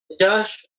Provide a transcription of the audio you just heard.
Josh